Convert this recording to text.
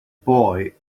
boy